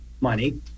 money